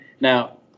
now